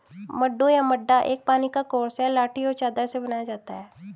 मड्डू या मड्डा एक पानी का कोर्स है लाठी और चादर से बनाया जाता है